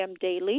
daily